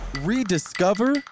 rediscover